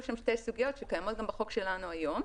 שם שתי סוגיות שקיימות גם בחוק שלנו היום.